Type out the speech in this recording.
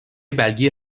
belgeyi